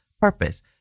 purpose